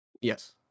Yes